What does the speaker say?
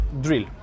drill